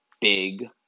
big